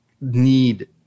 need